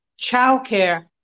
childcare